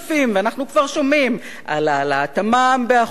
ואנחנו כבר שומעים על העלאת המע"מ ב-1%,